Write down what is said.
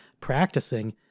practicing